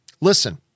listen